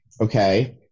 okay